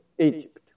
Egypt